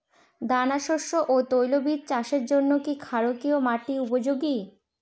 দানাশস্য ও তৈলবীজ চাষের জন্য কি ক্ষারকীয় মাটি উপযোগী?